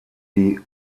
die